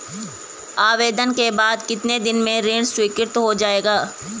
आवेदन के बाद कितने दिन में ऋण स्वीकृत हो जाएगा?